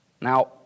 Now